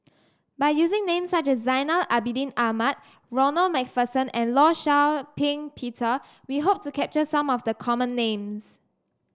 by using names such as Zainal Abidin Ahmad Ronald MacPherson and Law Shau Ping Peter we hope to capture some of the common names